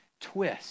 twist